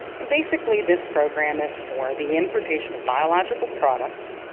and basically this program is for the importation of biological products,